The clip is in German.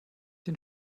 den